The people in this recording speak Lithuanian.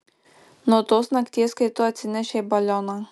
nuo tos nakties kai tu atsinešei balioną